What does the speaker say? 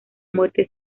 muerte